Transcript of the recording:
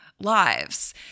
lives